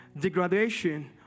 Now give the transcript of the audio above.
degradation